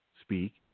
speak